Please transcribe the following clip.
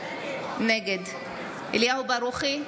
נגד אליהו ברוכי,